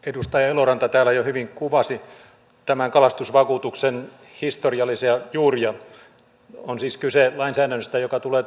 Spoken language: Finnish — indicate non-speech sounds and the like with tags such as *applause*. edustaja eloranta täällä jo hyvin kuvasi tämän kalastusvakuutuksen historiallisia juuria on siis kyse lainsäädännöstä joka tulee *unintelligible*